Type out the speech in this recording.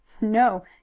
No